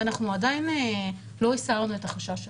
ואנחנו לא הסרנו את החשש הזה.